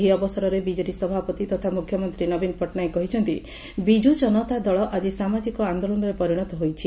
ଏହି ଅବସରରେ ବିଜେଡି ସଭାପତି ତଥା ମୁଖ୍ୟମନ୍ତୀ ନବୀନ ପଟ୍ଟନାୟକ କହିଛନ୍ତି ବିଜୁ କନତା ଦଳ ଆକି ସାମାଜିକ ଆନ୍ଦୋଳନରେ ପରିଶତ ହୋଇଛି